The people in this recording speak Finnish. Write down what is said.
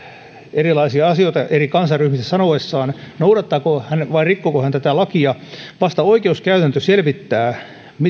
erilaisia asioita eri kansanryhmistä sanoessaan noudattaako hän vai rikkooko hän tätä lakia vasta oikeuskäytäntö selvittää